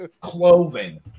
Clothing